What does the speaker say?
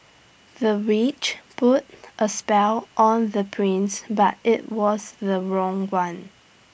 the witch put A spell on the prince but IT was the wrong one